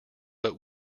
but